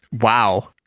Wow